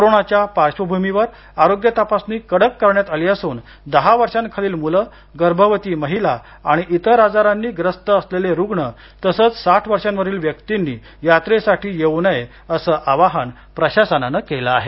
कोरोनाच्या पार्श्वभूमीवर आरोग्य तपासणी कडक करण्यात आली असून दहा वर्षांखालील मुलं गर्भवती महिला आणि इतर आजारांनी ग्रस्त असलेले रुग्ण तसंच साठ वर्षांवरील व्यक्तींनी यात्रेसाठी येवू नये असं आवाहन प्रशासनानं केलं आहे